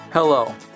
Hello